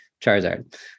Charizard